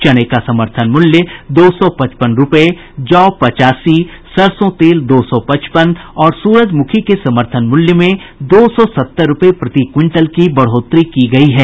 चने का समर्थन मूल्य दो सौ पचपन रुपए जौ पचासी सरसों तेल दो सौ पचपन और सूरजमुखी के समर्थन मूल्य में दो सौ सत्तर रुपए प्रति क्विंटल की बढ़ोतरी की गई है